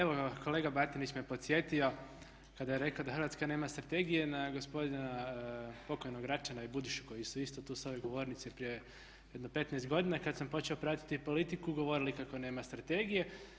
Evo kolega Batinić me podsjetio kada je rekao da Hrvatska nema strategije na gospodina pokojnog Račana i Budišu koji su isto tu sa ove govornice prije jedno 15 godina kad sam počeo pratiti politiku govorili kako nema strategije.